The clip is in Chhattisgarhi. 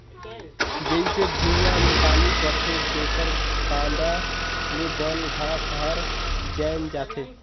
जईसे भुइयां में पानी परथे तेकर कांदा ले बन घास हर जायम जाथे